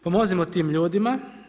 Pomozimo tim ljudima.